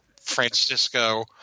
Francisco